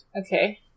Okay